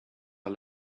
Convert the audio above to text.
are